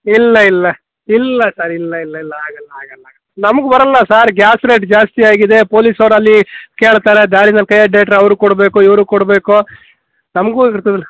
ಇಲ್ಲ ಇಲ್ಲ ಇಲ್ಲ ಸರ್ ಇಲ್ಲ ಇಲ್ಲ ಇಲ್ಲ ಆಗಲ್ಲ ಆಗಲ್ಲ ಆಗಲ್ಲ ನಮಗೆ ಬರಲ್ಲ ಸರ್ ಗ್ಯಾಸ್ ರೇಟ್ ಜಾಸ್ತಿ ಆಗಿದೆ ಪೋಲೀಸವರು ಅಲ್ಲಿ ಕೇಳ್ತಾರೆ ದಾರಿಯಲ್ಲಿ ಕೈ ಅಡ್ಡ ಇಟ್ಟರೆ ಅವರಿಗೆ ಕೊಡಬೇಕು ಇವರಿಗೆ ಕೊಡಬೇಕು ನಮಗೂ ಇರ್ತದಲ್ಲ